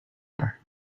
are